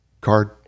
card